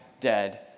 dead